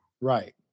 Right